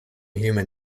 human